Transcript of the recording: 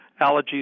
allergies